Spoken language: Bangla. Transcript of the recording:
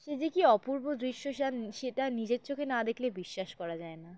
সে যে কি অপূর্ব দৃশ্য সে আর সেটা নিজের চোখে না দেখলে বিশ্বাস করা যায় না